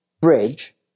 bridge